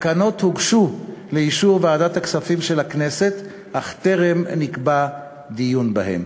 התקנות הוגשו לאישור ועדת הכספים של הכנסת אך טרם נקבע דיון בהן.